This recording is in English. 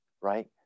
right